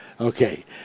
okay